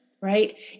right